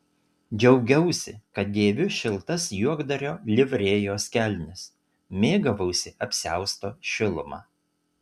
džiaugiausi kad dėviu šiltas juokdario livrėjos kelnes mėgavausi apsiausto šiluma